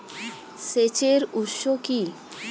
সেচের উৎস কি?